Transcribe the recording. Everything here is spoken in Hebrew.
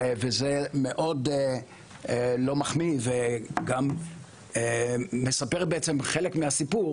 וזה מאוד לא מחמיא וגם מספר בעצם חלק מהסיפור